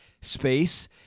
space